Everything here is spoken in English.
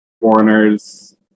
foreigners